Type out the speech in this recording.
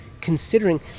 considering